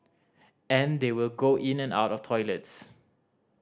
and they will go in and out of toilets